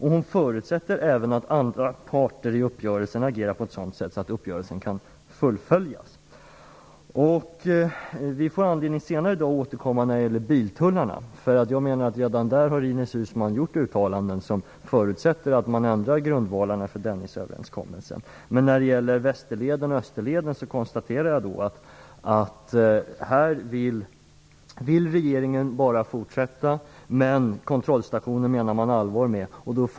Hon förutsätter även att andra parter i uppgörelsen agerar på ett sådant sätt att uppgörelsen kan fullföljas. Vi får senare i dag anledning att återkomma när det gäller biltullarna, därför att redan där har Ines Uusmann gjort uttalanden som förutsätter att man ändrar grundvalarna för Dennisöverenskommelsen. När det gäller Västerleden och Österleden konstaterar jag att regeringen bara vill fortsätta, men kontrollstationen menar man allvar med.